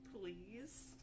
please